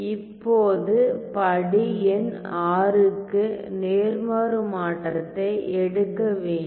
இப்போது படி எண் VI க்கு நேர்மாறு மாற்றத்தை எடுக்க வேண்டும்